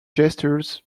gestures